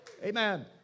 Amen